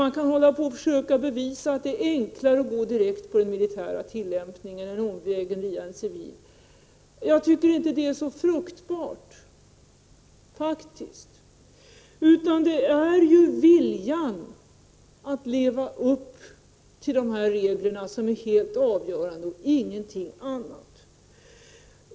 Man kan försöka bevisa att det är enklare att gå direkt på den militära tillämpningen än att gå omvägen via den civila. Jag tycker inte att ett sådant resonemang är så fruktbart. Det är viljan att leva upp till reglerna som är helt avgörande och ingenting annat.